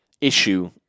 issue